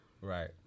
Right